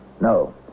No